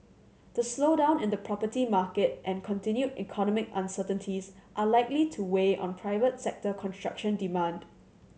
the slowdown in the property market and continued economic uncertainties are likely to weigh on private sector construction demand